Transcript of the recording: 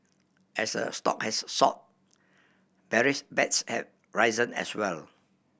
as a stock has soar bearish bets have risen as well